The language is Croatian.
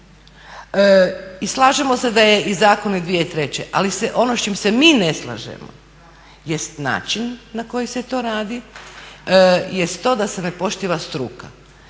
I slažemo se da je i zakon iz 2003. Ali se ono s čim se mi ne slažemo jest način na koji se to radi, jest to da se ne poštiva struka.